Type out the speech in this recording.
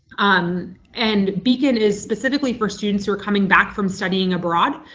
um and beacon is specifically for students who are coming back from studying abroad,